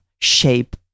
shape